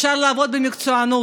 אפשר לעבוד במקצוענות